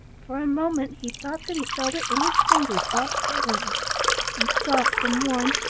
for a moment he thought that he felt it in his fingers, all feathery and soft and warm,